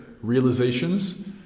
realizations